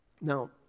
now